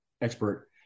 expert